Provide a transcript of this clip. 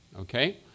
okay